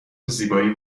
زیبایی